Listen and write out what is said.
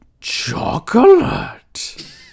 Chocolate